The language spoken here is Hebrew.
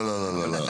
לא, לא, לא.